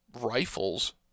rifles